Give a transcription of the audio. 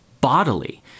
bodily